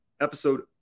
episode